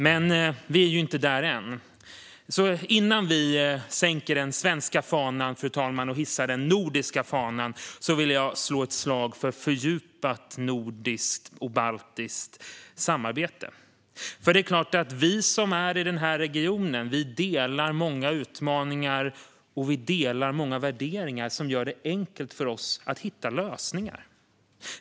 Men vi är inte där än, och innan vi sänker den svenska fanan och hissar den nordiska vill jag slå ett slag för fördjupat nordiskt och baltiskt samarbete. Det är klart att vi som är i den här regionen delar många utmaningar och många värderingar som gör det enkelt för oss att hitta lösningar.